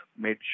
made